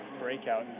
breakout